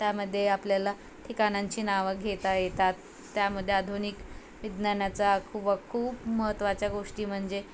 त्यामध्ये आपल्याला ठिकाणांची नावं घेता येतात त्यामध्ये आधुनिक विज्ञानाचा खू खूप महत्त्वाच्या गोष्टी म्हणजे